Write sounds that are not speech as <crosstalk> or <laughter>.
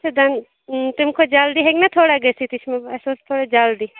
<unintelligible> تمہِ کھۄتہٕ جلدی ہیٚکہِ نا تھوڑا گٔژھِتھ اَسہِ ٲسۍ تھوڑا جلدی